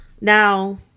now